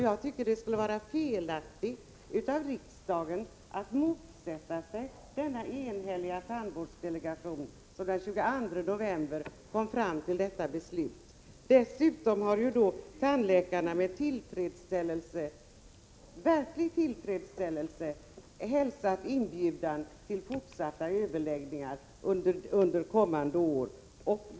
Jag tycker att det skulle vara felaktigt av riksdagen att motsätta sig den enhälliga tandvårdsdelegationen, som den 22 november kom fram till detta beslut. Dessutom har tandläkarna med tillfredsställelse — verklig tillfredsställelse — hälsat inbjudan till fortsatta överläggningar under kommande år.